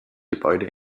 gebäude